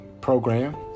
program